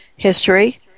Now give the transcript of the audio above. History